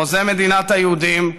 חוזה מדינת היהודים,